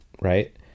right